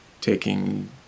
taking